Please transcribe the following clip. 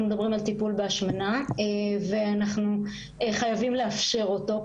מדברים על טיפול בהשמנה ואנחנו חייבים לאפשר אותו.